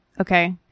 okay